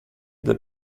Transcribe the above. del